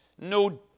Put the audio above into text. no